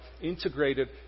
integrated